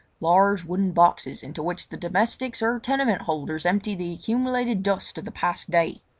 large wooden boxes into which the domestics or tenement-holders empty the accumulated dust of the past day.